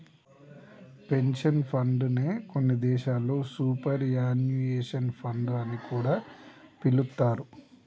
pension fund నే కొన్ని దేశాల్లో సూపర్ యాన్యుయేషన్ ఫండ్ అని కూడా పిలుత్తారు